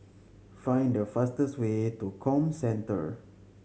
find the fastest way to Comcentre